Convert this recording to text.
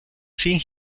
sin